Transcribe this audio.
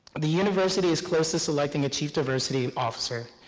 the university is close to selecting a chief diversity officer,